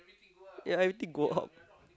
ya everything go out